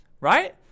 right